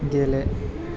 गेले